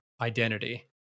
identity